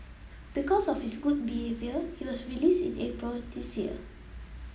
because of his good behaviour he was released in April this year